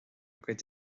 gcuid